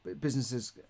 businesses